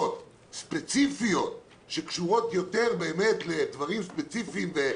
ספציפיות שקשורות יותר באמת לדברים ספציפיים עם